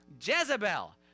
Jezebel